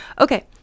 Okay